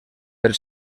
per